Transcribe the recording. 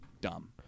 Dumb